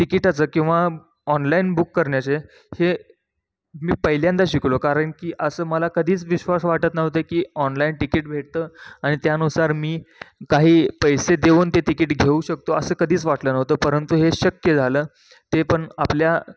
तिकीटाचं किंवा online book करण्याचे हे मी पहिल्यांदा शिकलो कारण की असं मला कधीच विश्वास वाटत नव्हते की ऑनलाईन तिकीट भेटतं आणि त्यानुसार मी काही पैसे देऊन ते तिकीट घेऊ शकतो असं कधीच वाटलं नव्हतं परंतु हे शक्य झालं ते पण आपल्या